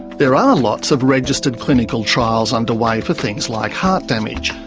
there are lots of registered clinical trials underway for things like heart damage,